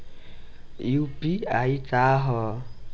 UPI का ह?